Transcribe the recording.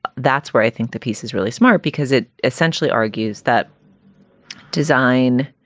that's where i think the piece is really smart because it essentially argues that design